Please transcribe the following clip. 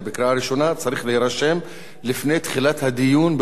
צריך להירשם לפני תחילת הדיון באותו נושא.